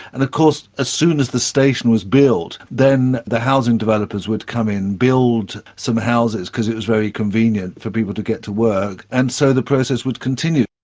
and of course as soon as the station was built, then the housing developers would come in, build some houses because it was very convenient for people to get to work, and so the process would continue.